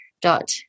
dot